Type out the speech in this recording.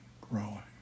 growing